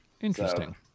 Interesting